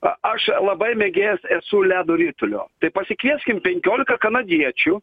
a aš labai mėgėjas esu ledo ritulio tai pasikvieskim penkioliką kanadiečių